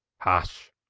hush!